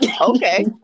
okay